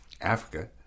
Africa